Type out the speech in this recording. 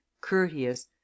courteous